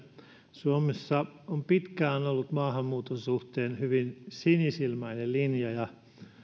suomessa on pitkään ollut maahanmuuton suhteen hyvin sinisilmäinen linja ja